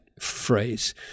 phrase